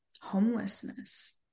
homelessness